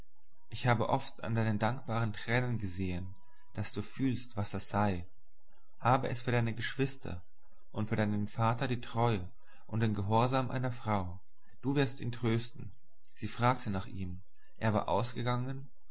ich habe oft an deinen dankbaren tränen gesehen daß du fühlst was das sei habe es für deine geschwister und für deinen vater die treue und den gehorsam einer frau du wirst ihn trösten sie fragte nach ihm er war ausgegangen